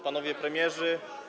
Panowie Premierzy!